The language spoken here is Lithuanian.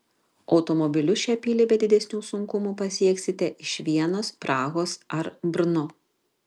automobiliu šią pilį be didesnių sunkumų pasieksite iš vienos prahos ar brno